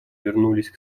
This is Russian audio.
вернулись